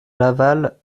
laval